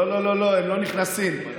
לא, הם לא נכנסים.